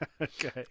Okay